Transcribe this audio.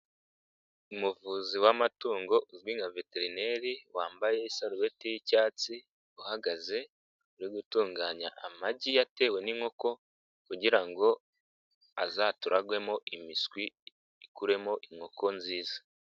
Umuvuzi w'amatungo uzwi nka veterineri, wambayesarubeti y'icyatsi, uhagaze uri gutunganya amagi yatewe n'inkoko kugira ngo azaturagwemo imiswi, ikuremo inkoko nziza.